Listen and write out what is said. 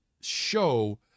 show